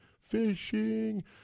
Fishing